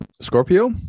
Scorpio